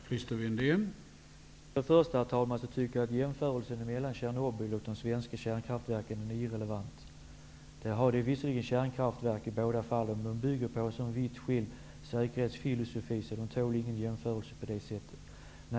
Herr talman! För det första tycker jag att jämförelsen mellan Tjernobyl och de svenska kärnkraftverken är irrelevant. Det gäller visserligen kärnkraftverk i båda fallen, men de bygger på så vitt skilda säkerhetsfilosofier att de inte tål någon jämförelse på det sättet.